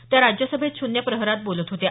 त्या राज्यसभेत शून्य प्रहरात बोलत होत्या